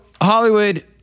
Hollywood